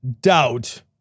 doubt